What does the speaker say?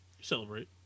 Celebrate